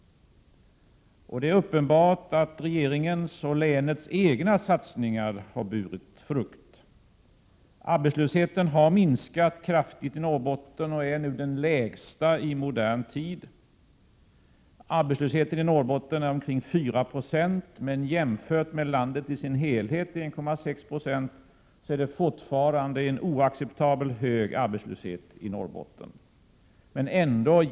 Det är uppenbart att regeringens och länets egna satsningar har burit frukt. Arbetslösheten har minskat kraftigt i Norrbotten och är nu den lägsta i modern tid. Arbetslösheten i Norrbotten uppgår till omkring 4 96, men jämfört med arbetslösheten i landet i dess helhet, 1,6 26, är det fortfarande en oacceptabelt hög arbetslöshet i Norrbotten.